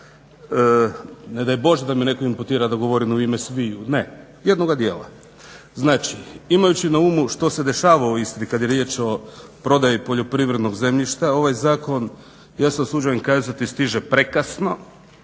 Ne daj Bože da me netko imputira da govorim u ime sviju, ne jednoga dijela. Znači, imajući na umu što se dešava u Istri kada je riječ o prodaji poljoprivrednog zemljišta ovaj zakon, ja se usuđujem kazati stiže prekasno,